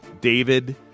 David